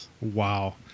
Wow